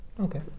Okay